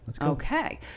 okay